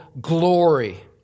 glory